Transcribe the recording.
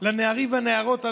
לנערים והנערות הללו.